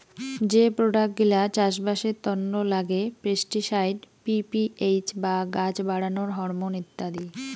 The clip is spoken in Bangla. যে প্রোডাক্ট গিলা চাষবাসের তন্ন লাগে পেস্টিসাইড, পি.পি.এইচ বা গাছ বাড়ানোর হরমন ইত্যাদি